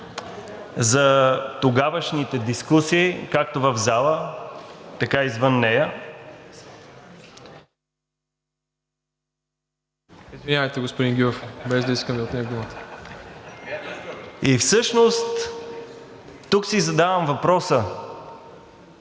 – тогавашните дискусии както в залата, така и извън нея. Всъщност тук си задавам въпроса: